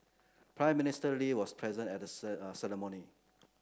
Prime Minister Lee was present at ceremony